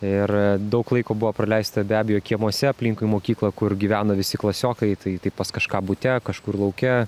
ir daug laiko buvo praleista be abejo kiemuose aplinkui mokyklą kur gyveno visi klasiokai tai tai pas kažką bute kažkur lauke